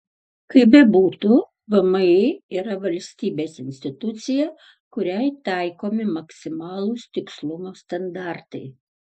kaip bebūtų vmi yra valstybės institucija kuriai taikomi maksimalūs tikslumo standartai